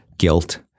guilt